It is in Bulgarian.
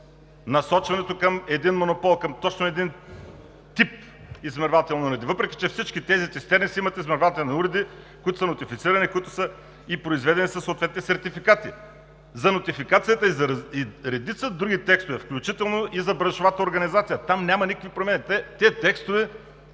насочването към един монопол, към точно един тип измервателни уреди, въпреки че всички тези цистерни си имат измервателни уреди, които са нотифицирани и произведени със съответни сертификати. За нотификацията и редица други текстове, включително и за браншовата организация, няма никакви промени. Тези текстове